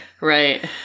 Right